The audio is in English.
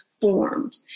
formed